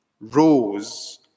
rose